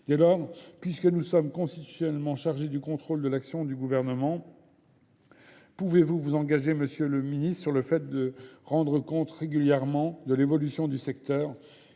Dès lors, puisque nous sommes constitutionnellement chargés du contrôle de l'action du gouvernement, Pouvez-vous vous engager, monsieur le ministre, sur le fait de rendre compte régulièrement de l'évolution du secteur